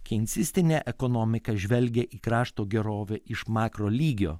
keinsistinė ekonomika žvelgia į krašto gerovę iš makro lygio